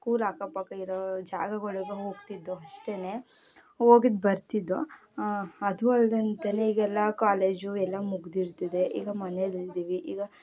school ಅಕ್ಕ ಪಕ್ಕ ಇರೋ ಜಾಗಗಳ್ಗೆ ಹೋಗ್ತಿದ್ದೋ ಅಷ್ಟೇ ಹೋಗಿದ್ ಬರ್ತಿದ್ದೋ ಅದು ಅಲ್ಲದೇ ಅಂತೆನೆ ಈಗ ಎಲ್ಲ ಕಾಲೇಜು ಎಲ್ಲ ಮುಗ್ದಿದೆ ಈಗ ಮನೇಲಿ ಇದ್ದೀವಿ ಈಗ